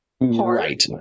Right